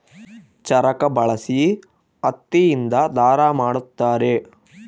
ಚರಕ ಬಳಸಿ ಹತ್ತಿ ಇಂದ ದಾರ ಮಾಡುತ್ತಾರೆ